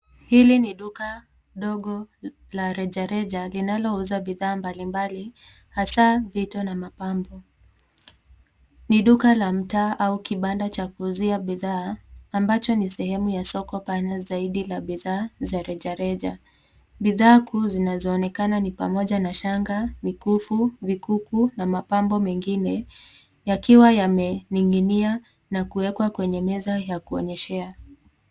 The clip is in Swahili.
Hili ni duka ndogo la rejareja linalouza bidhaa mbalimbali hasa vito na mapambo. Ni duka la mtaa au kibanda cha kuuzia bidhaa ambacho ni sehemu ya soko pana zaidi la bidhaa za reja reja. Bidhaa kuu zinazoonekana ni pamoja na shanga, mikufu, vikuku na mapambo mengine yakiwa yamening'inia na kuwekwa kwenye meza ya kuonyeshea.